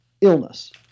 illness